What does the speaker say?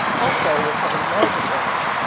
also with heavy mortgages.